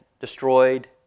destroyed